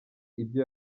ibyo